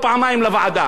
אבל ערוץ-10,